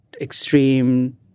extreme